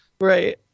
Right